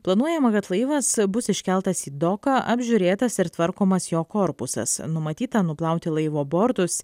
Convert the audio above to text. planuojama kad laivas bus iškeltas į doką apžiūrėtas ir tvarkomas jo korpusas numatyta nuplauti laivo bortus